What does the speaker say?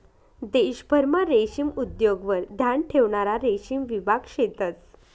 देशभरमा रेशीम उद्योगवर ध्यान ठेवणारा रेशीम विभाग शेतंस